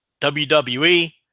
WWE